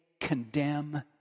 condemn